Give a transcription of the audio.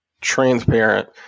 transparent